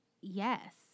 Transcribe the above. yes